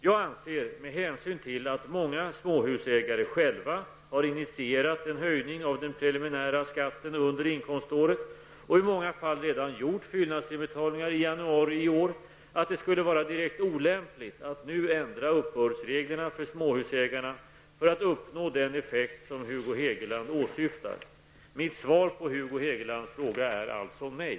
Jag anser, med hänsyn till att många småhusägare själva har initierat en höjning av den preliminära skatten under inkomståret och i många fall redan gjort fyllnadsinbetalningar i januari i år, att det skulle vara direkt olämpligt att nu ändra uppbördsreglerna för småhusägarna för att uppnå den effekt som Hugo Hegeland åsyftar. Mitt svar på Hugo Hegelands fråga är alltså nej.